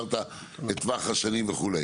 דיברת בטווח השנים וכו',